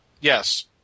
Yes